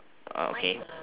err okay